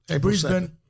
Brisbane